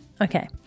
Okay